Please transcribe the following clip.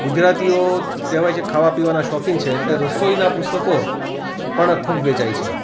ગુજરાતીઓ કહેવાય છે ખાવા પીવાના શોખીન છે એટલે રસોઈનાં પુસ્તકો પણ ખૂબ વેચાય છે